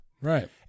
Right